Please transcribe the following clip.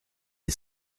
est